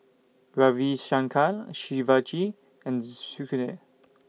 Ravi Shankar Shivaji and Sudhir